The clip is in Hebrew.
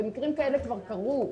ומקרים כאלה כבר קרו,